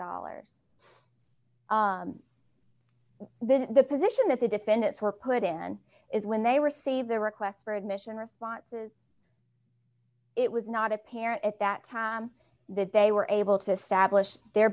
dollars then the position that the defendants were put in is when they were save their requests for admission responses it was not apparent at that time that they were able to establish their